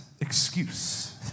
excuse